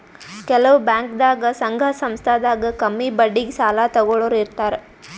ಕೆಲವ್ ಬ್ಯಾಂಕ್ದಾಗ್ ಸಂಘ ಸಂಸ್ಥಾದಾಗ್ ಕಮ್ಮಿ ಬಡ್ಡಿಗ್ ಸಾಲ ತಗೋಳೋರ್ ಇರ್ತಾರ